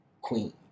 queen